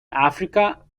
africa